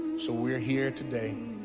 so we're here today